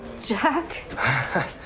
Jack